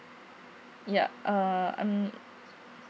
yup uh I'm